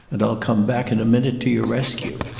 and i'll come back in a minute to your rescue.